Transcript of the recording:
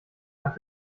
nach